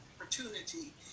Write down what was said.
opportunity